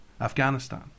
Afghanistan